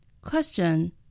Question